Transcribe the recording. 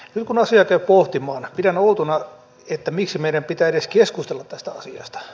nyt kun asiaa käy pohtimaan pidän outona sitä miksi meidän pitää edes keskustella tästä asiasta